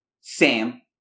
Sam